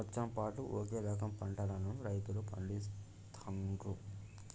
సంవత్సరం పాటు ఒకే రకం పంటలను రైతులు పండిస్తాండ్లు